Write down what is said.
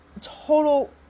total